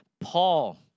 Paul